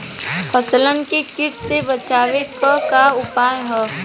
फसलन के कीट से बचावे क का उपाय है?